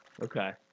Okay